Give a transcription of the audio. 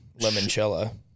Lemoncello